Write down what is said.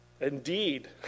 Indeed